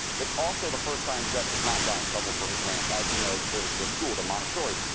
it's also the first time jeff has not got in trouble for his rant. as you know, the the school, the montessori.